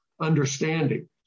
understanding